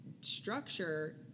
Structure